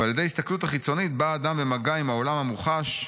ועל ידי הסתכלות החיצונית בא האדם במגע עם העולם המוחש,